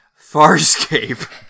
Farscape